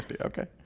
okay